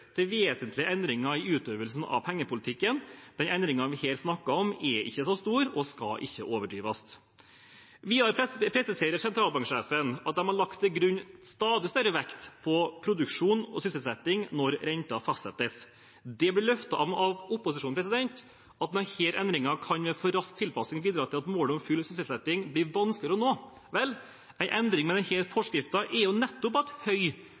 til vesentlige endringer i utøvelsen av pengepolitikken. Den endringen vi her snakker om, er ikke så stor og skal ikke overdrives. Videre presiserer sentralbanksjefen at de har lagt til grunn stadig større vekt på produksjon og sysselsetting når renten fastsettes. Det blir løftet fram av opposisjonen at denne endringen ved for rask tilpassing kan bidra til at målet om full sysselsetting blir vanskeligere å nå. Vel, en endring med denne forskriften er nettopp at høy